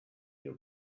you